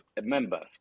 members